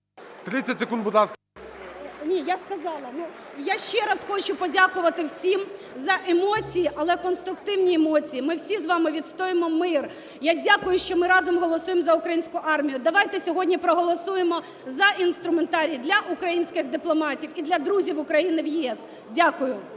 ГЕРАЩЕНКО І.В. Ні, я сказала. Я ще раз хочу подякувати всім за емоції, але конструктивні емоції. Ми всі з вами відстоюємо мир, я дякую, що ми разом голосуємо за українську армію. Давайте сьогодні проголосуємо за інструментарій для українських дипломатів і для друзів України в ЄС. Дякую.